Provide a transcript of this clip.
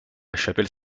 chapelle